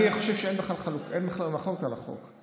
אני חושב שאין בכלל מחלוקת על החוק,